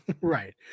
right